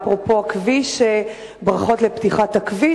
אפרופו הכביש, ברכות על פתיחת הכביש.